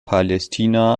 palästina